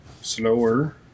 slower